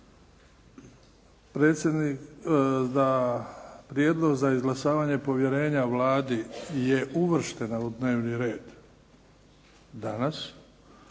predsjednik, da prijedlog za izglasavanje povjerenja Vladi je uvrštena u dnevni red danas